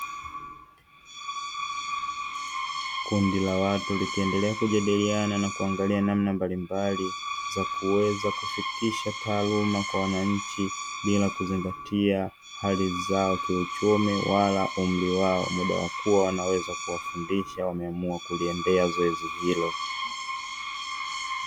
Kundi la watu likiendelea kujadiliana na kuangalia namna mbalimbali; za kuweza kufikisha taaluma kwa wananchi bila kuzingatia hali zao kiuchumi wala umri wao, muda wa kuwa wanaweza kuwafundisha wameamua kuliendea zoezi hilo.